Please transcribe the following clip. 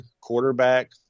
quarterback